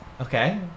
Okay